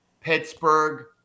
Pittsburgh